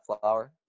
flower